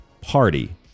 Party